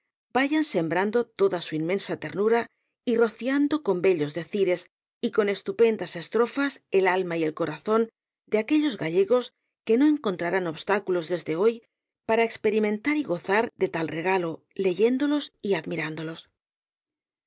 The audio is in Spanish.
vayan sembrando toda su inmensa ternura y rociando con bellos decires y con estupendas estrofas el alma y el corazón de aquellos gallegos que no encontrarán obstáculos desde hoy para experimentar y gozar de tal regalo leyéndolos y admirándolos